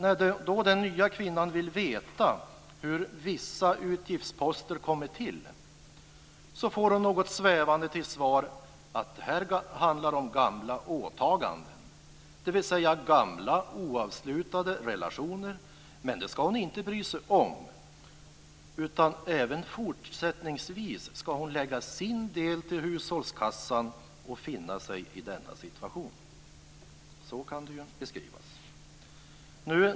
När den nya kvinnan vill veta hur vissa utgiftsposter kommit till får hon något svävande till svar att det handlar om gamla "åtaganden", dvs. gamla, oavslutade relationer, men att hon inte ska bry sig om det utan även fortsättningsvis lägga sin del till hushållskassan och finna sig i denna situation! Så kan det beskrivas.